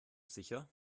sicher